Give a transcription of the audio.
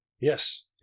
Yes